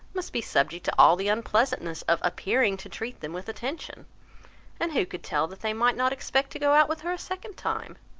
must be subject to all the unpleasantness of appearing to treat them with attention and who could tell that they might not expect to go out with her a second time?